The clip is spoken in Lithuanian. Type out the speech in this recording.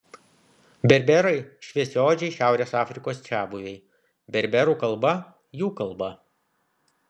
berberai šviesiaodžiai šiaurės afrikos čiabuviai berberų kalba jų kalba